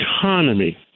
economy